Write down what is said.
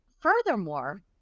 furthermore